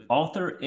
author